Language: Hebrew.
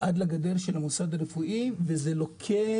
עד לגדר של המוסד הרפואי וזה לוקה